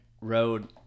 road